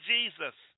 Jesus